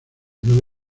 nueve